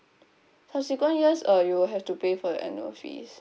subsequent years uh you'll have to pay for your annual fees